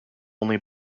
only